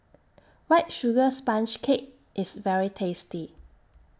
White Sugar Sponge Cake IS very tasty